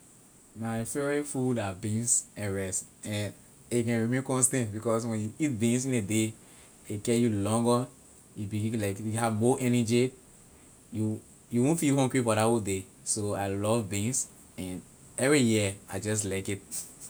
My favorite food la beans and rice and it can remaain constant because when you eat beans in the day it carry you longer we believe like we have more energy you won't feel hungry for that whole day so I love beans and every year I just like it.